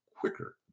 quicker